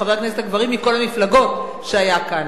מחברי הכנסת הגברים מכל המפלגות הוא היה כאן,